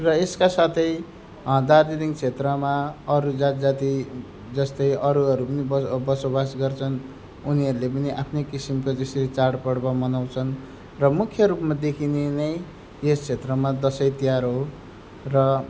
र यसका साथै दार्जिलिङ क्षेत्रमा अरू जात जाति जस्तै अरू अरू पनि बसोवास गर्छन् उनीहरूले पनि आफ्नै किसिमको यसरी चाडपर्व मनाउँछन् र मुख्य रूपमा देखिने नै यस क्षेत्रमा दसैँ तिहार हो र